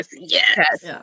Yes